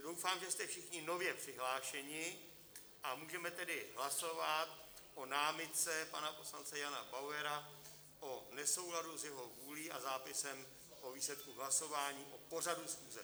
Čili doufám, že jste všichni nově přihlášeni, a můžeme tedy hlasovat o námitce pana poslance Jana Bauera o nesouladu s jeho vůlí a zápisem o výsledku hlasování o pořadu schůze.